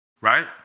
right